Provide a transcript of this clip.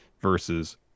versus